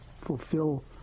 fulfill